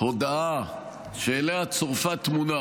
הודעה שאליה צורפה תמונה,